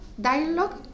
dialogue